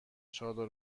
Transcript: چادر